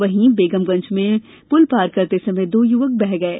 वहीं बेगमगंज में पूल पार करते समय दो युवक बह गये